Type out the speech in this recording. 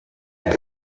app